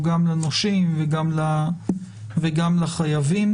גם לנושים וגם לחייבים.